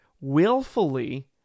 willfully